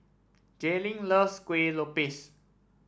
Jaylin loves Kuih Lopes